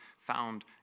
found